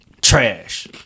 trash